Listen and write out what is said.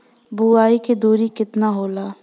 बुआई के दुरी केतना होला?